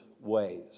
ways